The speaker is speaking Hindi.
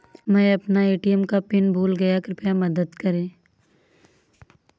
मै अपना ए.टी.एम का पिन भूल गया कृपया मदद करें